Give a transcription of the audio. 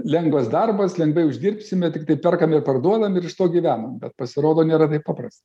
lengvas darbas lengvai uždirbsime tiktai perkame parduodam ir iš to gyvenam bet pasirodo nėra taip paprasta